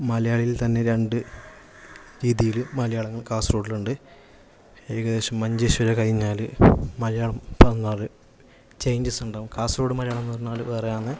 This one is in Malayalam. മലയാളിയില് തന്നെ രണ്ടു രീതിയിൽ മലയാളങ്ങള് കാസര്ഗോഡിലുണ്ട് ഏകദേശം മഞ്ചേശ്വരം കഴിഞ്ഞാൽ മലയാളം പറഞ്ഞാൽ ചേഞ്ചസ് ഉണ്ടാകും കാസര്ഗോഡ് മലയാളം എന്നു പറഞ്ഞാൽ വേറെയാന്ന്